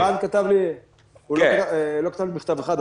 ערן לא כתב לי מכתב אחד,